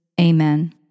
Amen